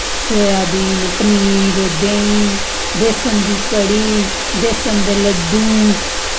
soybean paneer देहीं बेसन दी कढ़ी बेस्सन दे लड्डू